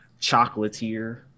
Chocolatier